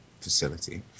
facility